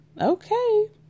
Okay